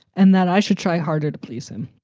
and that i should try harder to please him.